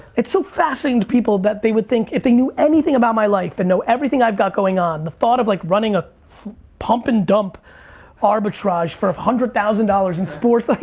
it's so fascinating to people that they would think, if they knew anything about my life and know everything i've got going on, the thought of like running a pump and dump arbitrage for one hundred thousand dollars in sports. like